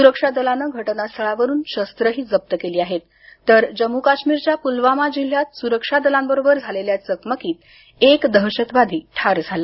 सुरक्षा दलानं घटनास्थळावरून शस्त्रंही जप्त केली आहेत तर जम्मू काश्मीरच्या पुलवामा जिल्ह्यात सुरक्षा दलांबरोबर झालेल्या चकमकीत एक दहशतवादी ठार झाला